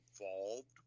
involved